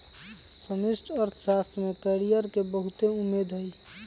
समष्टि अर्थशास्त्र में कैरियर के बहुते उम्मेद हइ